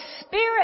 Spirit